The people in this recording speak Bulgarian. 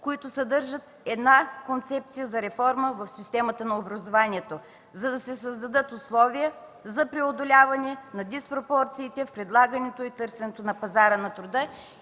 които съдържат една концепция за реформа в системата на образованието, за да се създадат условия за преодоляване на диспропорциите в предлагането и търсенето на пазара на труда